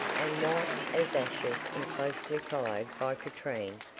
and, white as ashes and closely followed by katrine,